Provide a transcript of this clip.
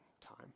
time